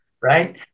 right